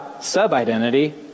sub-identity